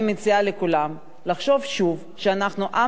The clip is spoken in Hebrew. אני מציעה לכולם לחשוב שוב שאנחנו עם